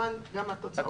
כמובן גם התוצאות בטלות.